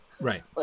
Right